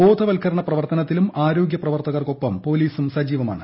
ബോധവൽക്കരണ പ്രവർത്തനത്തിലും ആരോഗ്യ പ്രവർത്തകർക്കൊപ്പം പോലീസും സജീവമാണ്